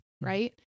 Right